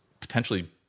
potentially